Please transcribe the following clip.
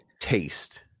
taste